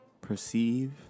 perceive